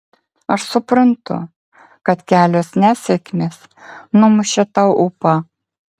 aš suprantu kad kelios nesėkmės numušė tau ūpą